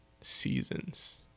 seasons